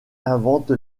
invente